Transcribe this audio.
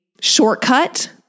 shortcut